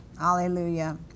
Hallelujah